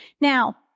Now